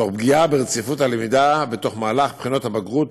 תוך פגיעה ברציפות הלמידה במהלך בחינות הבגרות,